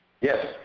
Yes